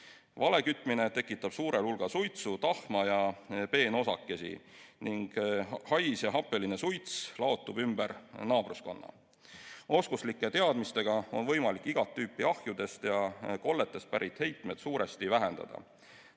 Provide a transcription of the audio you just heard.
Vale kütmine tekitab suurel hulga suitsu, tahma ja peenosakesi ning hais ja happeline suits laotub ümber naabruskonna. Oskuste ja teadmistega on võimalik igat tüüpi ahjudest ja kolletest pärit heitmeid suuresti vähendada.